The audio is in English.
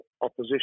opposition